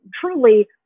truly